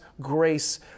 grace